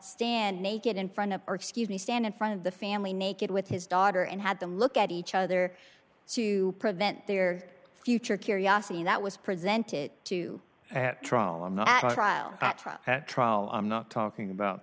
stand naked in front of or excuse me stand in front of the family naked with his daughter and had to look at each other to prevent their future curiosity that was presented to at trial i'm not at trial i'm not talking about